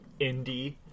indie